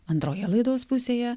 antroje laidos pusėje